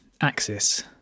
axis